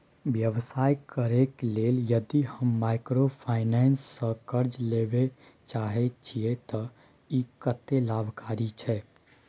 व्यवसाय करे के लेल यदि हम माइक्रोफाइनेंस स कर्ज लेबे चाहे छिये त इ कत्ते लाभकारी छै?